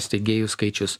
steigėjų skaičius